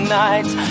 nights